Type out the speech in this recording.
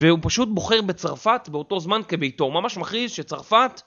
והוא פשוט בוחר בצרפת באותו זמן כביתו, הוא ממש מכריז שצרפת...